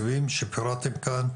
התקציבים שפירטתם כאן.